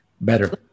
Better